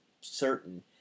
certain